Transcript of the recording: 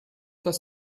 das